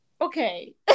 Okay